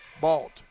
Balt